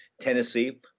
Tennessee